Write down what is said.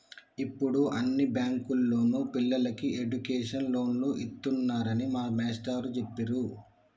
యిప్పుడు అన్ని బ్యేంకుల్లోనూ పిల్లలకి ఎడ్డుకేషన్ లోన్లు ఇత్తన్నారని మా మేష్టారు జెప్పిర్రు